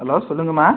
hello சொல்லுங்கம்மா